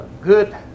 good